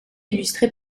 illustrée